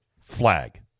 flag